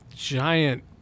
giant